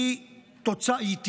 כוחו הביטחוני,